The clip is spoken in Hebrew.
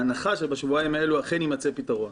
בהנחה שבשבועיים האלה אכן יימצא פתרון.